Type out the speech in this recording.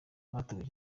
abateguye